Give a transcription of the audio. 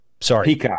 sorry